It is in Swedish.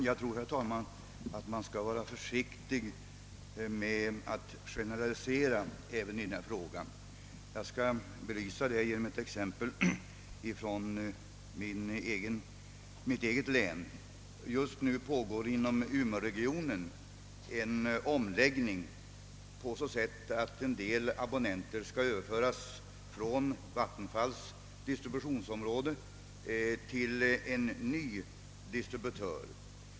Herr talman! Jag tror att man skall vara försiktig med att generalisera även i denna fråga. Jag skall belysa det genom ett exempel från mitt eget län. Just nu pågår inom umeåregionen en omläggning på så sätt, att en del abonnen ter skall överföras från vattenfallsverkets distributionsområde till en ny distributör.